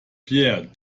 pierre